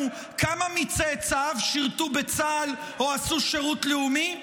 כמה מצאצאיו שירתו בצה"ל או עשו שירות לאומי?